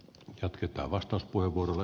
haluaasin ed